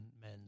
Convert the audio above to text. men